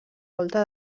volta